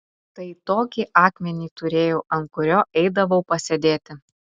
tai tokį akmenį turėjau ant kurio eidavau pasėdėti